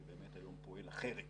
שבאמת היום פועל אחרת